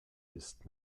ist